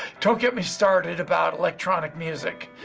don't get me started about electronic music,